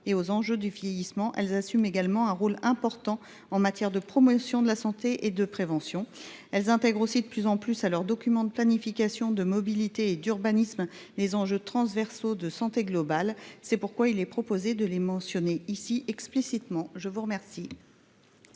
qu’aux enjeux du vieillissement, elles jouent également un rôle important en matière de promotion de la santé et de prévention. Elles intègrent aussi de plus en plus à leurs documents de planification, de mobilité et d’urbanisme les enjeux transversaux de santé globale. C’est pourquoi il est proposé de les mentionner ici explicitement. L’amendement